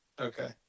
Okay